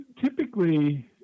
typically